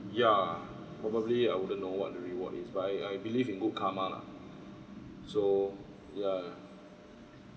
ya probably I wouldn't know what the reward is but I I believe in good karma lah so ya